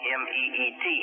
meet